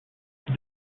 with